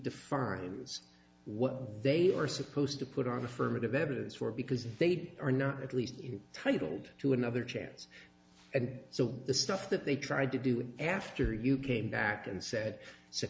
means what they are supposed to put on affirmative evidence for because they'd or not at least you titled to another chance and so the stuff that they tried to do with after you came back and said